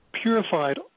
purified